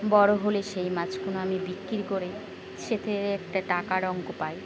বড় হলে সেই মাছগুলো আমি বিক্রি করে তাতে একটা টাকার অঙ্ক পাই